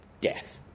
death